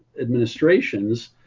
administrations